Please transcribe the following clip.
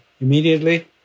immediately